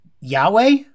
Yahweh